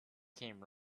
came